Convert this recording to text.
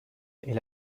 est